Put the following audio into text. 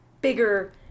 bigger